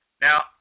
Now